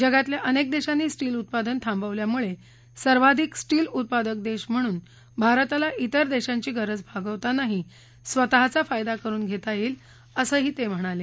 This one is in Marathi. जगातल्या अनेक देशांनी स्टील उत्पादन थांबवल्यामुळे सर्वाधिक स्टील उत्पादक देश म्हणून भारताला इतर देशांची गरज भागवताना स्वतःलाही फायदा करुन घेता येईल असंही ते म्हणाले